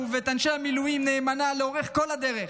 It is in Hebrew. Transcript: ואת אנשי המילואים נאמנה לאורך כל הדרך,